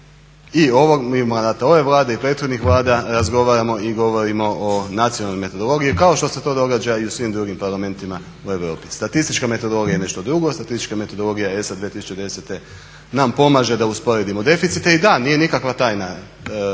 i manda ove Vlade i prethodnih vlada razgovaramo i govorimo o nacionalnoj metodologiji kao što se to događa i u svim drugim parlamentima u Europi. Statistička metodologija je nešto drugo, statistička metodologija ESA 2010.nam pomaže da usporedimo deficite i da nije nikakva tajna,